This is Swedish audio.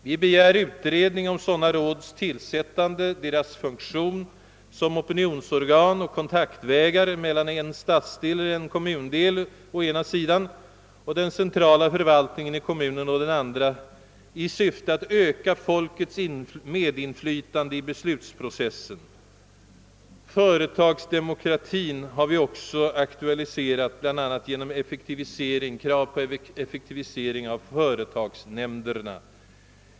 Vi begär utredning om sådana råds tillsättande, deras funktion som opinionsorgan och kontaktvägar mellan en stadsdel eller en kommundel å ena sidan och den centrala förvaltningen i kommunen å den andra i syfte att öka folkets medinflytande i beslutsprocessen. Företagsdemokrati har vi också aktualiserat, bl.a. genom krav på effektivisering av företagsnämnderna.